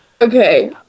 okay